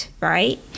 right